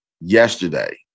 yesterday